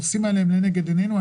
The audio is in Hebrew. הנושאים האלה הם לנגד עינינו.